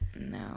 No